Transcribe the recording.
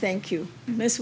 thank you miss